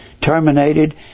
terminated